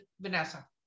vanessa